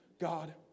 God